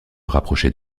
rapprocher